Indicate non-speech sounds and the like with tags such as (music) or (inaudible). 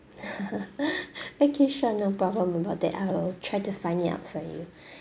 (laughs) okay sure no problem about that I'll try to find it out for you (breath)